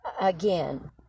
again